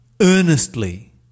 earnestly